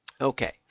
Okay